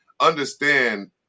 understand